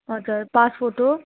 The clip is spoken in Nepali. हजुर पासफोटो